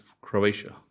Croatia